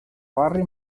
barri